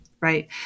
right